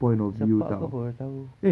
sepak kau baru tahu